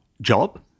job